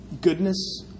Goodness